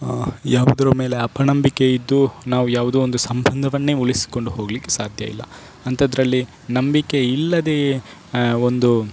ಯಾವುದರ ಮೇಲೆ ಅಪನಂಬಿಕೆ ಇದ್ದು ನಾವು ಯಾವುದೋ ಒಂದು ಸಂಭಂದವನ್ನೇ ಉಳಿಸಿಕೊಂಡು ಹೋಗಲಿಕ್ಕೆ ಸಾಧ್ಯ ಇಲ್ಲ ಅಂಥದ್ದರಲ್ಲಿ ನಂಬಿಕೆ ಇಲ್ಲದೇ ಒಂದು